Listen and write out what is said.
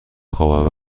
خواب